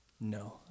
No